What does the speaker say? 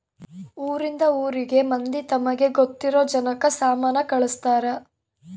ಊರಿಂದ ಊರಿಗೆ ಮಂದಿ ತಮಗೆ ಗೊತ್ತಿರೊ ಜನಕ್ಕ ಸಾಮನ ಕಳ್ಸ್ತರ್